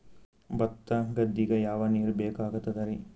ಭತ್ತ ಗದ್ದಿಗ ಯಾವ ನೀರ್ ಬೇಕಾಗತದರೀ?